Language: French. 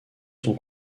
sont